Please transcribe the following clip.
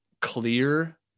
clear